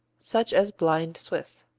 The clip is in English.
such as blind swiss.